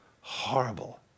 horrible